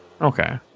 okay